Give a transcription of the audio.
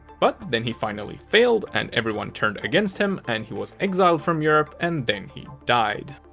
but then he finally failed, and everyone turned against him, and he was exiled from europe, and then he died.